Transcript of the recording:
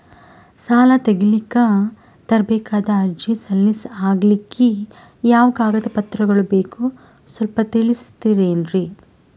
ಸಾಲ ತೆಗಿಲಿಕ್ಕ ತರಬೇಕಾದ ಅರ್ಜಿ ಸಲೀಸ್ ಆಗ್ಲಿಕ್ಕಿ ಯಾವ ಕಾಗದ ಪತ್ರಗಳು ಬೇಕು ಸ್ವಲ್ಪ ತಿಳಿಸತಿರೆನ್ರಿ?